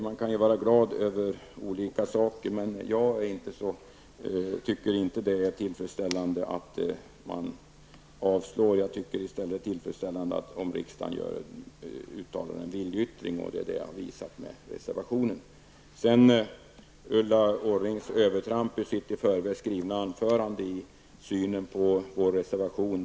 Man kan vara glad över olika saker, men jag tycker inte att det är tillfredsställande att motionen avstyrks. Jag tycker i stället att det vore tillfredsställande om riksdagen uttalade en viljeyttring. Det är det jag har visat med reservationen. Ulla Orring, övertramp i hennes i förväg skrivna anförande handlade om synen på vår reservation.